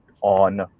on